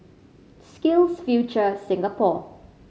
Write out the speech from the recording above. SkillsFuture Singapore